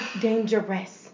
dangerous